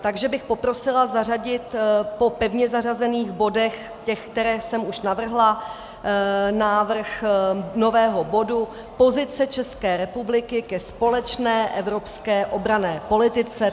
Takže bych poprosila zařadit po pevně zařazených bodech, těch, které jsem už navrhla, návrh nového bodu Pozice České republiky ke společné evropské obranné politice.